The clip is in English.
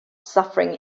suffering